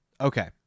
Okay